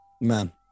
Man